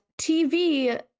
TV